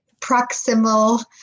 proximal